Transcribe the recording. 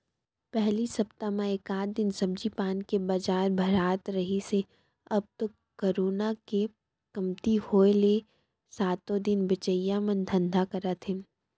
पहिली सप्ता म एकात दिन सब्जी पान के बजार भरात रिहिस हे अब तो करोना के कमती होय ले सातो दिन बेचइया मन धंधा करत हे